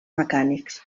mecànics